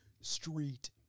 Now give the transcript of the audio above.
street